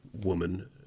woman